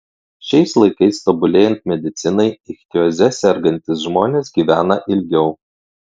šiais laikais tobulėjant medicinai ichtioze sergantys žmonės gyvena ilgiau